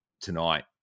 tonight